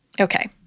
Okay